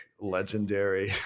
legendary